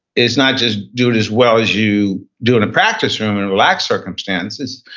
it's not just doing as well as you do in a practice room in relaxed circumstances,